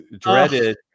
dreaded